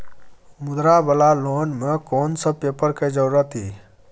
मुद्रा वाला लोन म कोन सब पेपर के जरूरत इ?